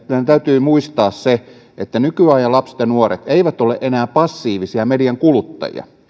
täytyy muistaa se että nykyajan lapset ja nuoret eivät ole enää passiivisia median kuluttajia